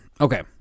Okay